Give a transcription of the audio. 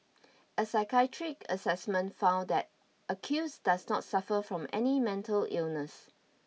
a psychiatric assessment found that accuse does not suffer from any mental illness